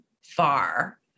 far